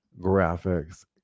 graphics